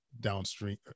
downstream